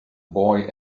boy